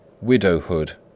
widowhood